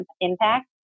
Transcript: impact